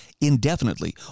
indefinitely